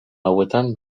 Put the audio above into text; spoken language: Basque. hauetan